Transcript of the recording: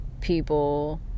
people